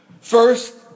First